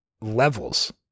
levels